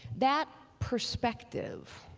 that perspective,